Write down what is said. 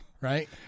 right